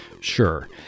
Sure